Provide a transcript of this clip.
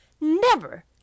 Never